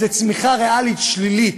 זו צמיחה ריאלית שלילית.